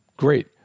Great